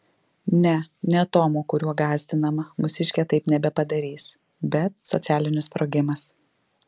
ne ne atomo kuriuo gąsdinama mūsiškė taip nebepadarys bet socialinis sprogimas